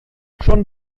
schon